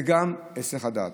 וגם היסח הדעת,